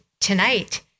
tonight